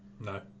No